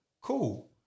cool